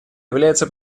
является